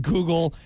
Google